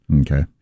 Okay